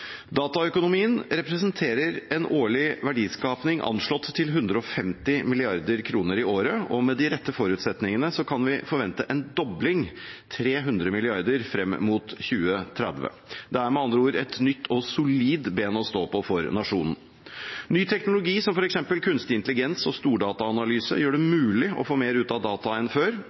Dataøkonomien representerer en årlig verdiskaping anslått til 150 mrd. kr i året, og med de rette forutsetningene kan vi forvente en dobling, 300 mrd. kr, frem mot 2030. Det er med andre ord et nytt og solid ben å stå på for nasjonen. Ny teknologi, som f.eks. kunstig intelligens og stordataanalyse, gjør det mulig å få mer ut av data enn før.